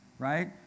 right